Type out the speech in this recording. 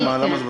היו